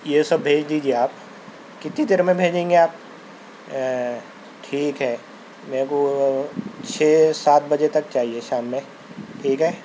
یہ سب بھیج دیجئے آپ کتنی دیر میں بھیجیں گے آپ ٹھیک ہے میرے کو اور چھ سات بجے تک چاہیے شام میں ٹھیک ہے